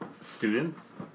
students